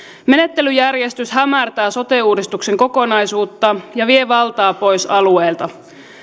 menettelyjärjestys hämärtää sote uudistuksen kokonaisuutta ja vie valtaa pois alueelta